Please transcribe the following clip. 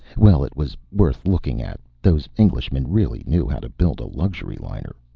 well, it was worth looking at. those englishmen really knew how to build a luxury liner.